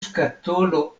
skatolo